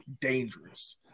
dangerous